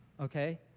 okay